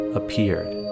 appeared